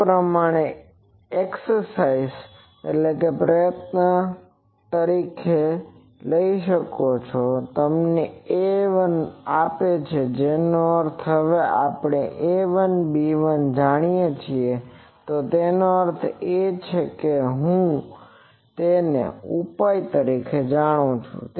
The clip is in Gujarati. આ તમે એક એકસરસાઈઝ exerciseપ્રયત્ન તરીકે લઈ શકો છો આ તમને A1 આપે છે જે નો અર્થ હવે આપણે A1 B1 જાણીએ છીએ તો તેનો અર્થ છે કે હું તેનો ઉપાય જાણું છું